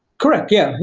correct. yeah,